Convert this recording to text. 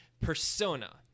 persona